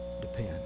depend